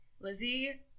Lizzie